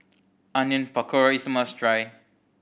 Onion Pakora is must try